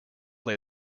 lay